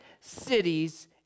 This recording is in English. cities